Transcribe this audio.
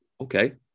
Okay